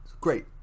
great